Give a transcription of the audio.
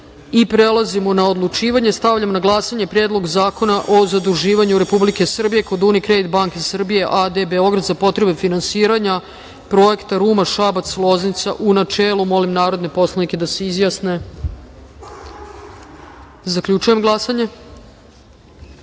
poslanika. Prelazimo na odlučivanje. Stavljam na glasanje Predlog zakona o zaduživanju Republike Srbije kod Unikredit banke Srbija a.d. Beograd za potrebe finansiranja Projekta Ruma-Šabac-Loznica, u načelu. Molim narodne poslanike da se izjasne. Zaključujem glasanje: